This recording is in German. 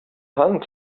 hand